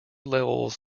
levels